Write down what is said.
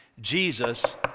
Jesus